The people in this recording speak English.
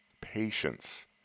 patience